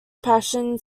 passion